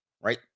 right